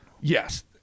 yes